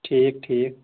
ٹھیٖک ٹھیٖک